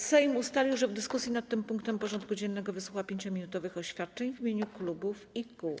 Sejm ustalił, że w dyskusji nad tym punktem porządku dziennego wysłucha 5-minutowych oświadczeń w imieniu klubów i kół.